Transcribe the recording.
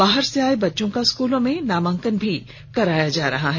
बाहर से आये बच्चों का स्कूलों में नामांकन कराया जा रहा है